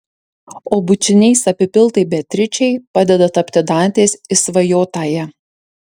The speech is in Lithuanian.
o bučiniais apipiltai beatričei padeda tapti dantės išsvajotąja